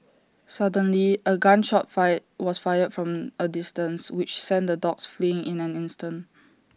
suddenly A gun shot fire was fired from A distance which sent the dogs fleeing in an instant